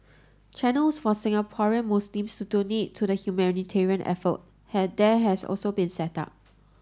channels for Singaporean Muslims to donate to the humanitarian effort has there has also been set up